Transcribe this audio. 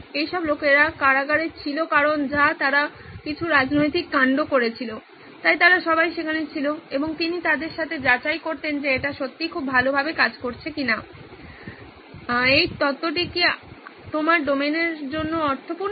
এই সব লোকেরা কারাগারে ছিল কারন যা তারা কিছু রাজনৈতিক কান্ড করেছিল তাই তারা সবাই সেখানে ছিল এবং তিনি তাদের সাথে যাচাই করতেন যে এটা সত্যিই খুব ভালভাবে কাজ করছে চিনা এই তত্ত্বটি কি আপনার ডোমেইনের জন্য অর্থপূর্ণ